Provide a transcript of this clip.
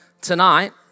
tonight